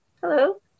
Hello